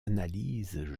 analyses